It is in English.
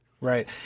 Right